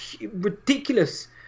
ridiculous